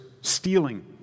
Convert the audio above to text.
stealing